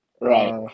Right